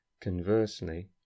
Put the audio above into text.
Conversely